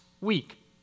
week